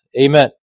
Amen